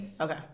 okay